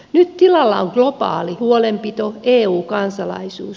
nyt tilalla on globaali huolenpito eu kansalaisuus